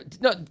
No